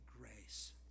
grace